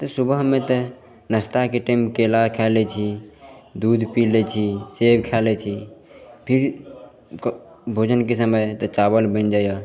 तऽ सुबहमे तऽ नश्ताके टाइममे केला खै लै छी दूध पी लै छी सेब खै लै छी फेर के भोजनके समय तऽ चावल बनि जाइए